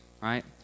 right